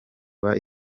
iba